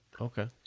okay